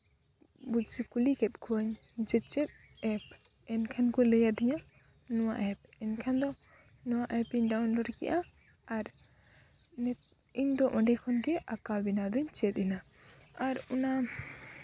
ᱠᱩᱞᱤ ᱠᱮᱫ ᱠᱚᱣᱟᱧ ᱡᱮ ᱪᱮᱫ ᱮᱯ ᱮᱱᱠᱷᱟᱱ ᱠᱚ ᱞᱟᱹᱭ ᱟᱹᱫᱤᱧᱟ ᱱᱚᱣᱟ ᱮᱯ ᱮᱱᱠᱷᱟᱱ ᱫᱚ ᱱᱚᱣᱟ ᱮᱯ ᱤᱧ ᱰᱟᱣᱩᱱᱞᱚᱰ ᱠᱮᱜᱼᱟ ᱟᱨ ᱤᱧᱫᱚ ᱚᱸᱰᱮ ᱠᱷᱚᱱᱜᱮ ᱟᱸᱠᱟᱣ ᱵᱮᱱᱟᱣ ᱫᱚᱧ ᱪᱮᱫ ᱮᱱᱟ ᱟᱨ ᱚᱱᱟ